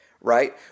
right